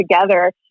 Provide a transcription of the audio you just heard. together